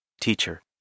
teacher